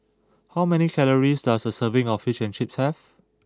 how many calories does a serving of Fish and Chips have